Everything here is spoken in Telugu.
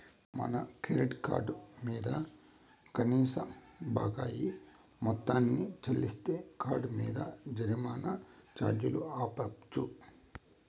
మన క్రెడిట్ కార్డు మింద కనీస బకాయి మొత్తాన్ని చెల్లిస్తే కార్డ్ మింద జరిమానా ఛార్జీ ఆపచ్చు